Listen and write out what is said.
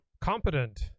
competent